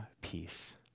peace